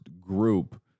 group